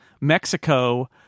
Mexico